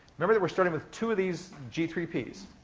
remember that we're starting with two of these g three p s.